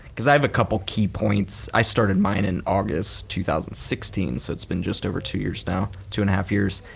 cause i have a couple key points. i started mine in august two thousand and sixteen, so it's been just over two years now, two and a half years.